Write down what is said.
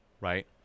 right